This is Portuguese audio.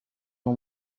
uma